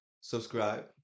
Subscribe